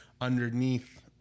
underneath